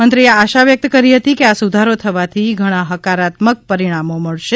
મંત્રીએ આશા વ્યક્ત કરી હતી કે આ સુધારો થવાથી ઘણાહકારાત્મક પરિણામો મળશે